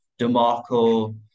DeMarco